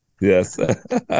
Yes